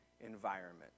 environment